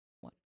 one